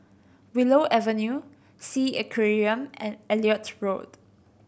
Willow Avenue Sea Aquarium and Elliot Road